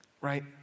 Right